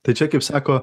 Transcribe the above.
tačiau kaip sako